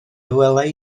welai